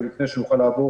לפני שנוכל לעבור